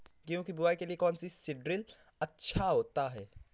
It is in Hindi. गेहूँ की बुवाई के लिए कौन सा सीद्रिल अच्छा होता है?